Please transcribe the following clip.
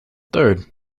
third